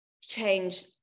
change